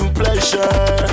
pleasure